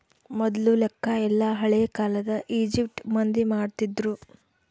ಮೊದ್ಲು ಲೆಕ್ಕ ಎಲ್ಲ ಹಳೇ ಕಾಲದ ಈಜಿಪ್ಟ್ ಮಂದಿ ಮಾಡ್ತಿದ್ರು